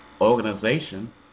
organization